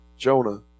Jonah